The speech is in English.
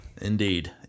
Indeed